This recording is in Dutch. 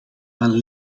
van